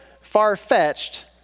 far-fetched